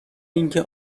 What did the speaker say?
اینکه